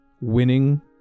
winning